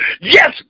Yes